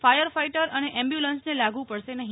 fire fighter અને એમ્બ્યુલન્સને લાગુ પડશે નહી